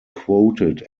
quoted